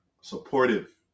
supportive